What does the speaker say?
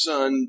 Son